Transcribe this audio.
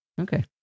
Okay